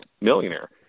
millionaire